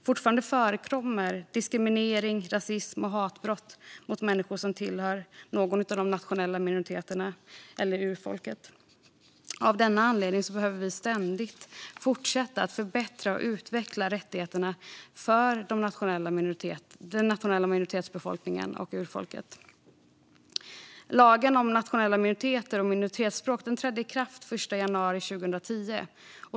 Fortfarande förekommer diskriminering, rasism och hatbrott mot människor som tillhör någon av de nationella minoriteterna eller urfolket. Av denna anledning behöver vi ständigt fortsätta att förbättra och utveckla rättigheterna för den nationella minoritetsbefolkningen och urfolket. Lagen om nationella minoriteter och minoritetsspråk trädde i kraft den 1 januari 2010.